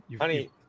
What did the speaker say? Honey